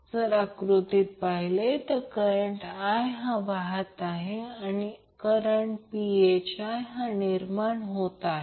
जर तुम्ही आकृतीत पहिले करंट i हा वाहत आहे आणि करंट phi हा निर्माण होत आहे